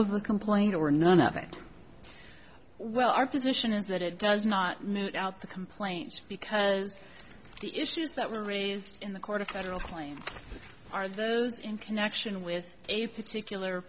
a complaint or none of it well our position is that it does not move out the complaint because the issues that were raised in the court of federal claims are those in connection with a particular